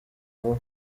vuba